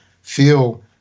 feel